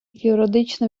юридична